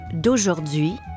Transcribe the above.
d'aujourd'hui